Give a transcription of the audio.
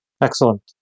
Excellent